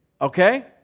Okay